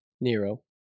Nero